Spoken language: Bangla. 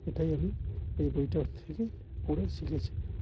এটাই আমি এই বইটা থেকে পড়ে শিখেছি